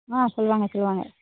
ஆ சொல்வாங்க சொல்வாங்க